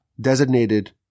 designated